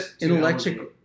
intellectual